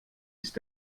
ist